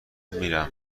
میرم